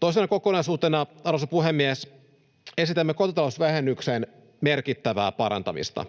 Toisena kokonaisuutena, arvoisa puhemies, esitämme kotitalousvähennyksen merkittävää parantamista.